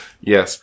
Yes